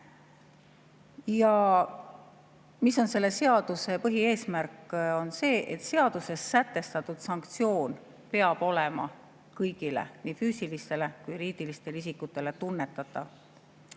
on selle seaduse põhieesmärk? See, et seaduses sätestatud sanktsioon peab olema kõigile, nii füüsilistele kui ka juriidilistele isikutele tunnetatav.